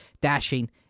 dashing